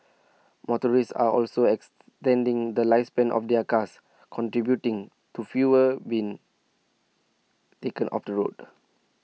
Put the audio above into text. motorists are also extending the lifespan of their cars contributing to fewer being taken off the road